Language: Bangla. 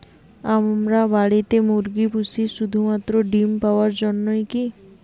আমরা বাড়িতে মুরগি পুষি শুধু মাত্র ডিম পাওয়ার জন্যই কী?